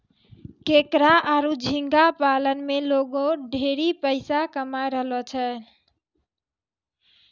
केकड़ा आरो झींगा पालन में लोगें ढेरे पइसा कमाय रहलो छै